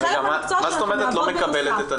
זה חלק מהמקצוע שלכם לעבוד בנוסף.